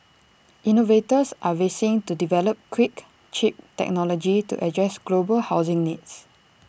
innovators are racing to develop quick cheap technology to address global housing needs